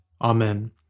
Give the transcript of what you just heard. Amen